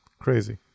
Crazy